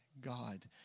God